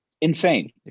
Insane